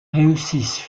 réussissent